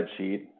spreadsheet